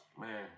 Man